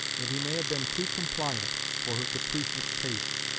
that he may have been too compliant for her capricious taste,